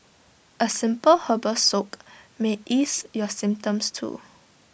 A simple herbal soak may ease your symptoms too